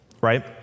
right